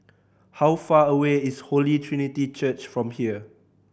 how far away is Holy Trinity Church from here